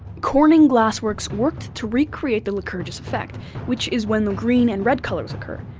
corning glassworks worked to recreate the lycurgus effect, which is when the green and red colours occur.